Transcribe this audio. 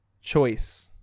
choice